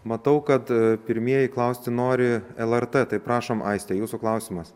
matau kad pirmieji klausti nori lrt tai prašom aiste jūsų klausimas